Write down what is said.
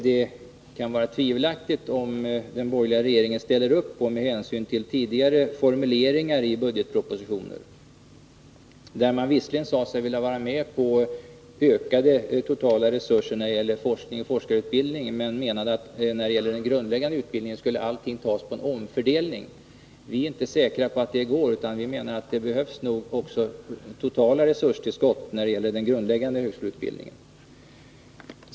Det kan vara tveksamt om den borgerliga regeringen ställer sig bakom detta, med hänsyn till sina tidigare formuleringar i budgetpropositionen, där man visserligen sade sig vilja vara med på att ge ökade totala resurser till forskning och forskarutbildning men när det gäller den grundläggande utbildningen menade att allting skulle tas genom en omfördelning. Vi är inte säkra på att det går, utan vi anser att det också behövs resurstillskott totalt sett när det gäller den grundläggande högskoleutbildningen.